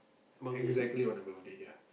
exactly on her birthday ya